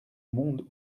monde